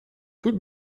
tut